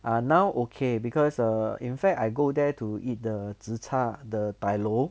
ah now okay because err in fact I go there to eat the zi char the dai loh